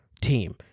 team